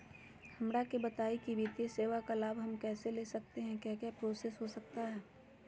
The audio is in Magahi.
हमरा के बताइए की वित्तीय सेवा का लाभ हम कैसे ले सकते हैं क्या क्या प्रोसेस हो सकता है?